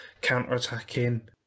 counter-attacking